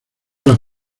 las